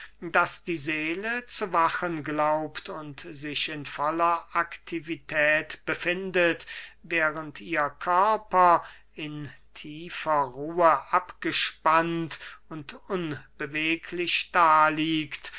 daß die seele zu wachen glaubt und sich in voller aktivität befindet während ihr körper in tiefer ruhe abgespannt und unbeweglich